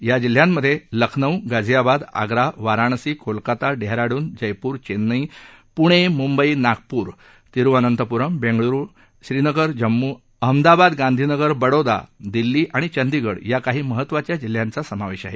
या जिल्ह्यांमधे लखनऊ गाझियाबाद आग्रा वाराणसी कोलकाता डेहराडून जयपूर चेन्नई पुणे मुंबई नागपूर तिरुअनंतपुरम बेंगळुरू श्रीनगर जम्मु अहमदाबाद गांधीनगर बडोदा दिल्ली आणि चंदीगड या काही महत्त्वाच्या जिल्ह्यांचा समावेश आहे